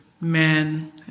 men